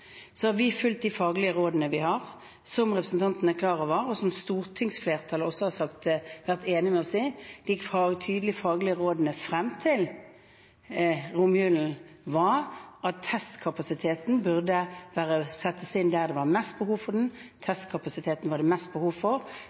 har fulgt de faglige rådene vi har, som representanten er klar over, og som stortingsflertallet også har vært enig med oss i, de tydelige faglige rådene, frem til romjulen, som var at testkapasiteten burde settes inn der det var mest behov for den. Testkapasiteten var det mest behov for